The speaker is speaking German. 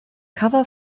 cover